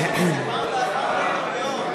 (קוראת בשמות חברי הכנסת)